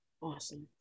Awesome